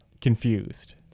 confused